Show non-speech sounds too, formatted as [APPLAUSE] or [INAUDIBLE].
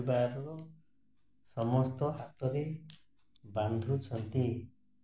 [UNINTELLIGIBLE] ସମସ୍ତ ହାତରେ ବାନ୍ଧୁଛନ୍ତି